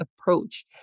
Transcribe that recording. approach